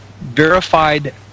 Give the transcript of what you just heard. verified